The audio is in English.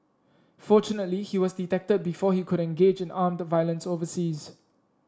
fortunately he was detected before he could engage in armed violence overseas